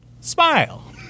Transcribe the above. smile